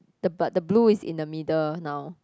the but the blue is in the middle now